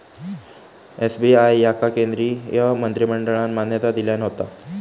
SBI याका केंद्रीय मंत्रिमंडळान मान्यता दिल्यान होता